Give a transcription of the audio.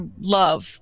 love